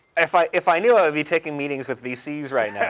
if i if i knew, i'd be taking meetings with vcs right yeah